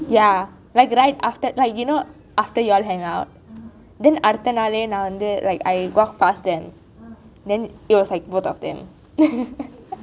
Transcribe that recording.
ya like right after like you know after you all hang out then அடுத்த நாள்:adutha naal like I walk past then then it was like both of them